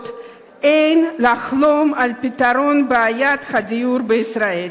אין לחלום על פתרון בעיית הדיור בישראל.